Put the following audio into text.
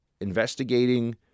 investigating